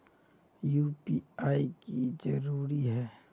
UPI की जरूरी है?